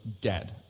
dead